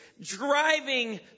driving